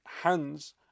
hands